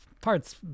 part's